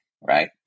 Right